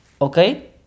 Okay